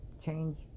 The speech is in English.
change